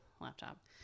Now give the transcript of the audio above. laptop